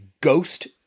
ghost